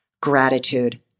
gratitude